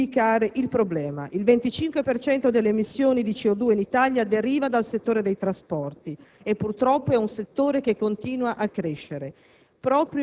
indicare il problema: il 25 per cento delle emissioni di CO2 in Italia deriva dal settore dei trasporti, e purtroppo è un settore che continua a crescere.